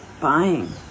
buying